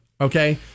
Okay